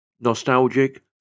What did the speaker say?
Nostalgic